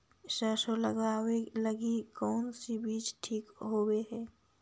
सरसों लगावे लगी कौन से बीज ठीक होव हई?